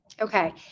Okay